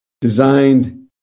designed